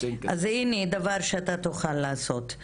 אז הנה דבר שאתה תוכל לעשות,